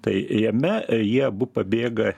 tai jame jie abu pabėga